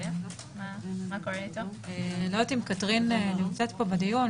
לא יודעת אם קתרין נמצאת בדיון.